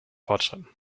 fortschritten